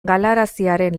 galaraziaren